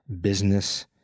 business